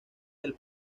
del